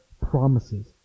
Promises